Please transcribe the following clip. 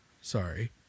sorry